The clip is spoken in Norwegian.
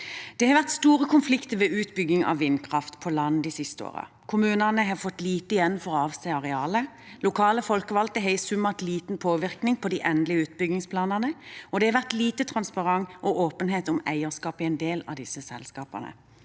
Det har vært store konflikter ved utbygging av vindkraft på land de siste årene. Kommunene har fått lite igjen for å avse arealer. Lokale folkevalgte har i sum hatt liten påvirkning på de endelige utbyggingsplanene, og det har vært lite transparens og åpenhet om eierskap i en del av disse selskapene.